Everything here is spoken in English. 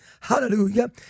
Hallelujah